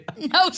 No